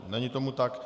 Není tomu tak.